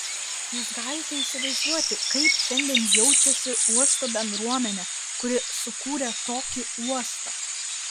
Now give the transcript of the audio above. jūs galite įsivaizduoti kaip šiandien jaučiasi uosto bendruomenė kuri sukūrė tokį uostą